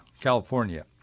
California